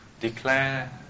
declare